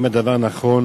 1. האם הדבר נכון?